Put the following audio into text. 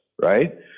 right